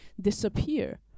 disappear